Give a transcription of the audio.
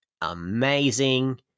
amazing